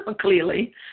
clearly